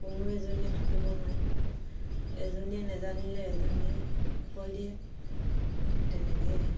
কোনো এজনীয়ে থাকিব নোৱাৰে এজনীয়ে নেজানিলে এজনীয়ে কৈ দিয়ে তেনেকৈ